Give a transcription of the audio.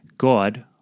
God